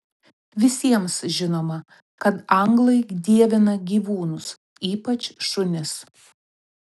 visiems žinoma kad anglai dievina gyvūnus ypač šunis